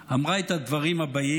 שאמרה את הדברים הבאים,